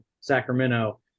Sacramento